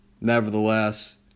nevertheless